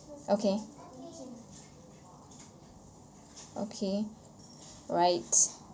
okay okay right